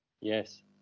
Yes